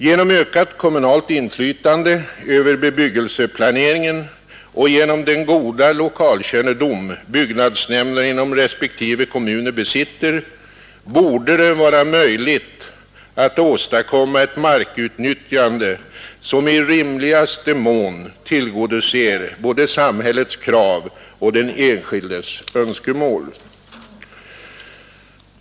Genom ökat kommunalt inflytande över bebyggelseplaneringen och genom den goda lokalkännedom byggnadsnämnderna inom respektive kommuner besitter borde det vara möjligt att åstadkomma ett markutnyttjande som i rimligaste mån tillgodoser både samhällets krav och den enskildes önskemål.